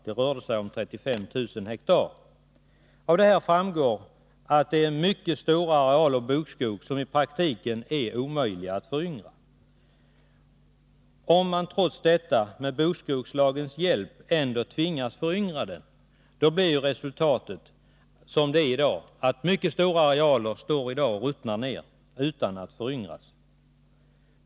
Det rörde sig då om 35 000 hektar. Av detta framgår att det är mycket stora arealer bokskog som det i praktiken är omöjligt att föryngra. Om man trots detta med bokskogslagens hjälp ändå tvingas föryngra bokskog, blir resultatet som det är i dag att mycket stora arealer kan stå och ruttna ner utan att föryngras.